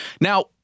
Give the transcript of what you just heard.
Now